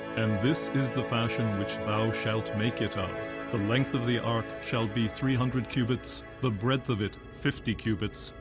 and this is the fashion which thou shalt make it of the length of the ark shall be three hundred cubits, the breadth of it fifty cubits,